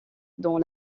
dans